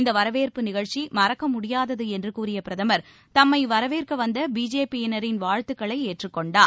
இந்த வரவேற்பு நிகழ்ச்சி மறக்க முடியாதது என்று கூறிய பிரதமர் தம்மை வரவேற்க வந்த பிஜேபி யினரின் வாழ்த்துக்களை ஏற்றுக் கொண்டார்